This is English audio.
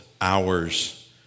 hours